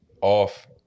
off